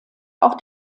auch